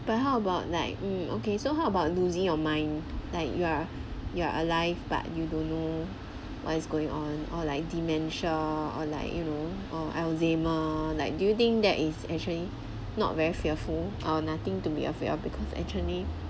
but how about like mm okay so how about losing your mind like you are you are alive but you don't know what is going on or like dementia or like you know err alzheimer's like do you think that is actually not very fearful are nothing to be afraid because actually